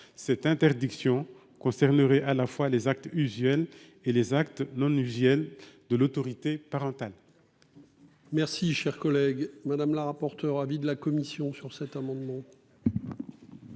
Cette interdiction concernerait à la fois les actes usuels et les actes non usuels de l'autorité parentale.